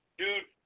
dude